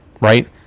right